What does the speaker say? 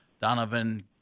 Donovan